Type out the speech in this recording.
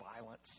violence